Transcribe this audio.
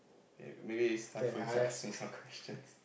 ya maybe it's time for you to ask me some questions